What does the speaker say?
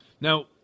Now